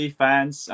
fans